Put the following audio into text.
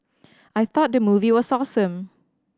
I thought the movie was awesome